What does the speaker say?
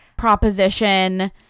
proposition